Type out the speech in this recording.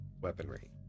weaponry